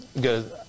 good